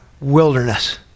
Wilderness